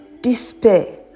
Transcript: despair